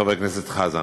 חבר הכנסת חזן,